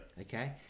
Okay